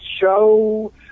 show